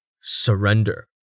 Surrender